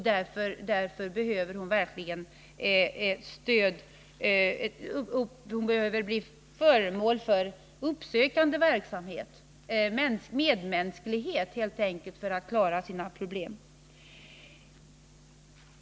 Därför behövs det verkligen uppsökande verksamhet, helt enkelt medmänsklighet, för att klara problemen.